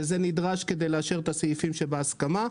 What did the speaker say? שנדרשים כדי לאשר את הסעיפים שבהסכמה: